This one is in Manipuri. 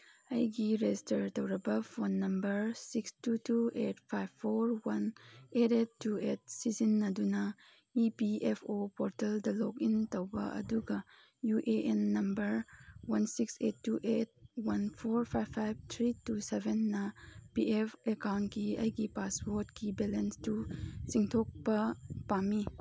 ꯑꯩꯒꯤ ꯔꯦꯁꯇꯔ ꯇꯧꯔꯕ phone number six two two eight five four one eight eight two eight ꯁꯤꯖꯤꯟꯅꯗꯨꯅ ꯏ ꯄꯤ ꯑꯦꯐ ꯑꯣ ꯄꯣꯔꯇꯦꯜꯗ ꯂꯣꯛ ꯏꯟ ꯇꯧꯕ ꯑꯗꯨꯒ U A N number one six eight two eight one four five five three two ꯁꯚꯦꯟꯅ ꯄꯤ ꯑꯦꯐ ꯑꯦꯀꯥꯎꯟꯒꯤ ꯑꯩꯒꯤ ꯄꯥꯁꯋꯔꯠꯀꯤ ꯕꯦꯂꯦꯟꯁꯇꯨ ꯆꯤꯡꯊꯣꯛꯄ ꯄꯥꯝꯃꯤ